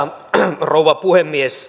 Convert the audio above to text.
arvoisa rouva puhemies